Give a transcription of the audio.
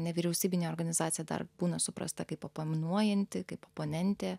nevyriausybinė organizacija dar būna suprasta kaip oponuojanti kaip oponentė